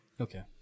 Okay